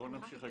בואו נמשיך.